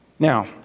Now